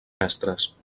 mestres